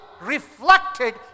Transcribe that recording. reflected